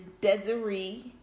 desiree